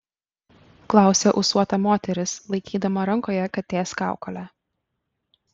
klausia ūsuota moteris laikydama rankoje katės kaukolę